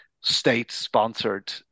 state-sponsored